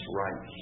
right